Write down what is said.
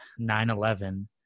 9-11